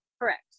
correct